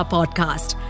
Podcast